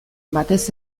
batez